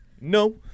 No